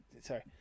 sorry